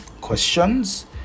questions